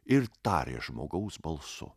ir tarė žmogaus balsu